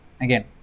again